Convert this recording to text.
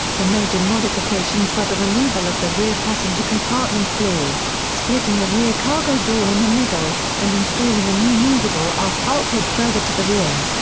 the major modifications were the removal of the rear passenger compartment floor, splitting the rear cargo door in the middle, and installing a new movable aft bulkhead further to the rear.